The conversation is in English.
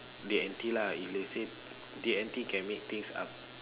D and T lah if let's say D and T can make things uh